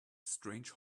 strange